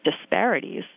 disparities